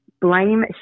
blame